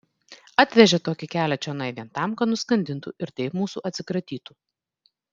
atvežė tokį kelią čionai vien tam kad nuskandintų ir taip mūsų atsikratytų